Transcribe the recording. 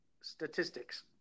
statistics